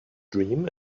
dream